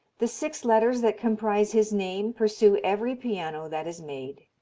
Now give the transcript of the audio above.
the six letters that comprise his name pursue every piano that is made.